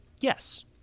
yes